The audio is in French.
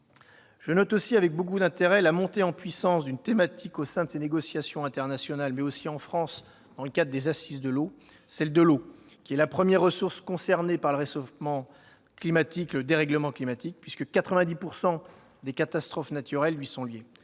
Je note aussi avec beaucoup d'intérêt la montée en puissance d'une thématique au sein de ces négociations internationales, mais aussi en France, dans le cadre des assises de l'eau : il s'agit évidemment de celle de l'eau, première ressource concernée par le dérèglement climatique, puisque 90 % des catastrophes naturelles lui sont liées.